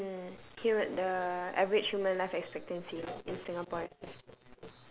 mm here with the average human life expectancy in singapore especially